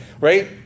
right